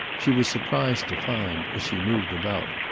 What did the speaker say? she was surprised to find, as she moved about,